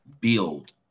build